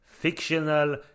fictional